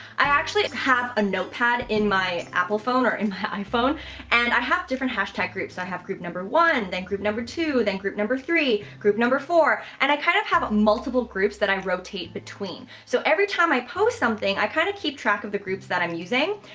i actually have a notepad in my apple phone or in my iphone and i have different hashtag groups. i have group number one, then group number two, then group number three, group number four. and i kind of have multiple groups that i rotate between. so every time i post something i kind of keep track of the groups that i'm using,